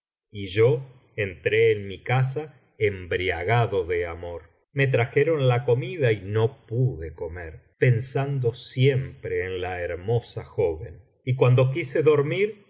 y yo entré en mi casa embriagado de amor me trajeron la comida y no pude comer pensando siempre en la hermosa joven y cuando quise dormir